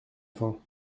fin